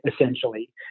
essentially